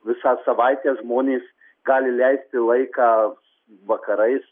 visą savaitę žmonės gali leisti laiką vakarais